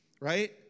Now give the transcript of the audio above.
right